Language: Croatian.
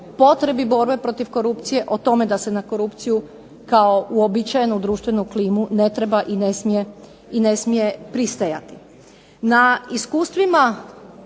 potrebi borbe protiv korupcije, o tome da se na korupciju kao uobičajenu društvenu klimu ne treba i ne smije pristajati. Na iskustvima